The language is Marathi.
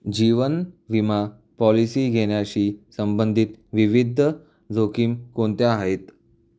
जीवन विमा पॉलिसी घेण्याशी संबंधित विविध जोखीम कोणत्या आहेत